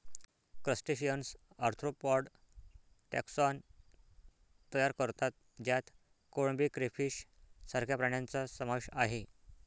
crustaceans arthropod taxon तयार करतात ज्यात कोळंबी, क्रेफिश सारख्या प्राण्यांचा समावेश आहे